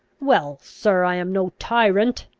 well, sir, i am no tyrant.